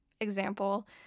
example